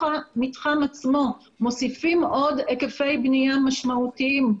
המתחם עצמו מוסיפים עוד היקפי בנייה משמעותיים.